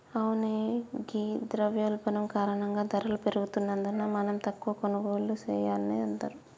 అవునే ఘీ ద్రవయోల్బణం కారణంగా ధరలు పెరుగుతున్నందున మనం తక్కువ కొనుగోళ్లు సెయాన్నే అందరూ